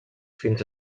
fins